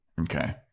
Okay